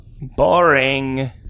Boring